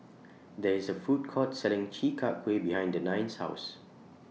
There IS A Food Court Selling Chi Kak Kuih behind Denine's House